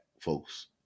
folks